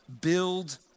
Build